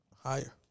higher